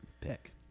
pick